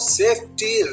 safety